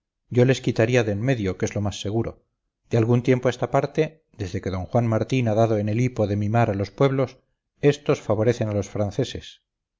yo les quitaría de enmedio que es lo más seguro de algún tiempo a esta parte desde que d juan martín ha dado en el hipo de mimar a los pueblos estos favorecen a los franceses